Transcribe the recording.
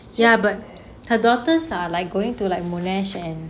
ya but her daughters are like going to like monash and